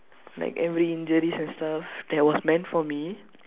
like every injuries and stuff that was meant for me